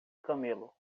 camelo